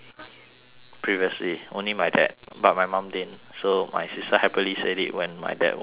previously only my dad but my mum didn't so my sister happily said it when my dad was not at home